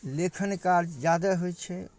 लेखन कार्य जादे होइ छै